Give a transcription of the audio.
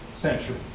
century